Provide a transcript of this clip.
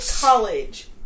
college